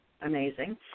amazing